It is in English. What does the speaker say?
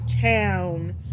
town